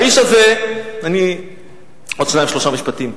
האיש הזה, עוד שניים-שלושה משפטים,